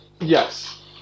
Yes